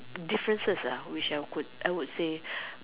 differences ah what I could I would say